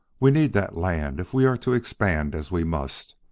we need that land if we are to expand as we must,